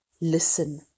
Listen